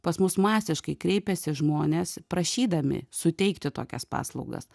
pas mus masiškai kreipiasi žmonės prašydami suteikti tokias paslaugas